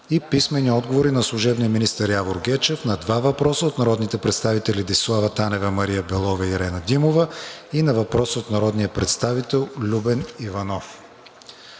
Иван Белчев; – служебния министър Явор Гечев на два въпроса от народните представители Десислава Танева, Мария Белова и Ирена Димова; на въпрос от народния представител Любен Иванов.